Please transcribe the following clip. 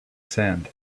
sand